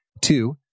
two